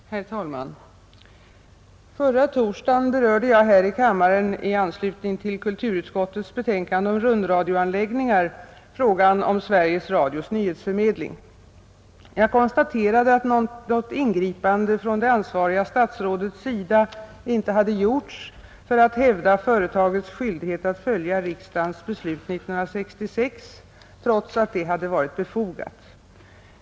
Herr talman! Förra torsdagen berörde jag här i kammaren i anslutning till kulturutskottets betänkande om rundradioanläggningar frågan om Sveriges Radios nyhetsförmedling. Jag konstaterade att något ingripande från det ansvariga statsrådets sida inte hade gjorts för att hävda företagets skyldighet att följa riksdagens beslut 1966, trots att det hade varit befogat.